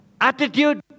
attitude